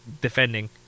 defending